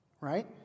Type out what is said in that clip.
right